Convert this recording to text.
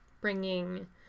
bringing